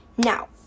Now